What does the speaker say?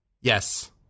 Yes